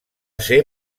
ser